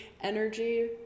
energy